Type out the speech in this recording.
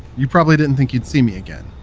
you probably didn't think you'd see me again.